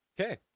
Okay